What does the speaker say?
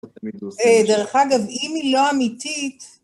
דרך אגב, אם היא לא אמיתית...